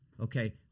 Okay